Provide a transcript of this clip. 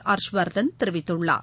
ஹர்ஷ்வர்தன் தெரிவித்தள்ளார்